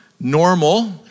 normal